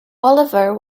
oliver